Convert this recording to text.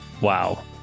wow